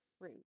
fruit